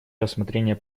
рассмотрение